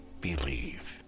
believe